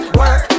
work